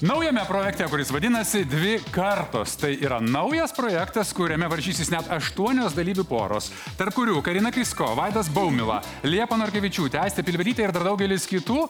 naujame projekte kuris vadinasi dvi kartos tai yra naujas projektas kuriame varžysis net aštuonios dalyvių poros tarp kurių karina krysko vaidas baumila liepa norkevičiūtė aistė pilvelytė ir dar daugelis kitų